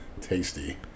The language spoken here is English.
Tasty